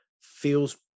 feels